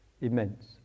immense